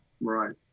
Right